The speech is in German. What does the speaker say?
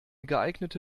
geeignete